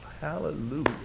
Hallelujah